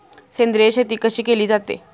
सेंद्रिय शेती कशी केली जाते?